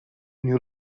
new